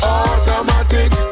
automatic